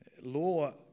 Law